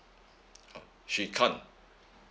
she can't